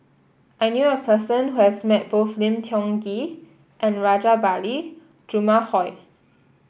I knew a person who has met both Lim Tiong Ghee and Rajabali Jumabhoy